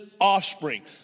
offspring